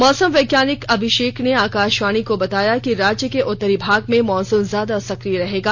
मौसम वैज्ञानिक अभिषेक ने आकाषवाणी को बताया कि राज्य के उत्तरी भाग में मॉनसून ज्यादा सक्रिय रहेगा